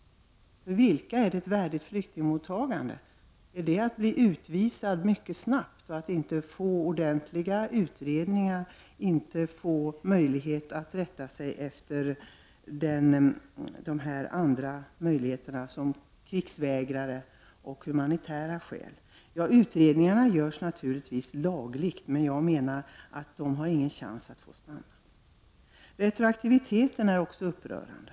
För vilka är det ett värdigt flyktingmottagande? Är det värdigt att bli utvisad mycket snabbt och inte få sina ärenden ordentligt utredda och inte heller samma möjlighet som den som är krigsvägrare och den som kan åberopa skäl har? Utredningarna görs naturligtvis lagligt, men jag menar att dessa människor inte har någon chans att få stanna i Sverige. Retroaktiviteten är också upprörande.